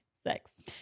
sex